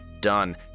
done